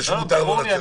ברור לי,